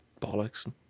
bollocks